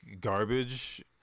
garbage